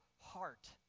heart